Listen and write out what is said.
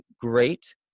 great